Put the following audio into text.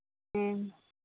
ᱦᱮᱸ